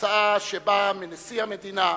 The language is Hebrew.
הצעה שבאה מנשיא המדינה,